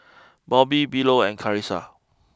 Bobby Philo and Carissa